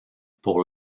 pour